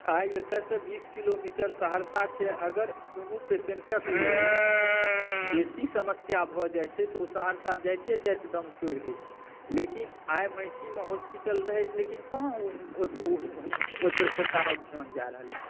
आइ एतयसॅं बीस किलोमीटर सहरसा छै अगर कोनो पेसेंटक लेल बेसी समस्या भऽ जाइ छै तऽ ओ सहरसा जाइते जाइते दम तोड़ि दै छै लेकिन आइ महिषीमे हॉस्पिटल रहै लेकिन कहाँ हुनक ओहि पर सरकारक ध्यान जा रहल अइ